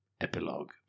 Epilogue